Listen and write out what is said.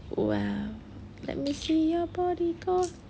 !wow! let me see your body girl